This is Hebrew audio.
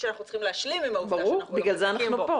שאנחנו צריכים להשלים עם העובדה שאנחנו לא חזקים בו.